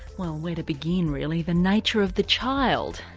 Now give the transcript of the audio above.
well, where to begin really? the nature of the child,